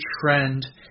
trend